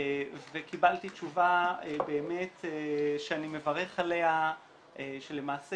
וקיבלתי תשובה שאני מברך עליה שלמעשה